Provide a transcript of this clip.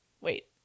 wait